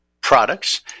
products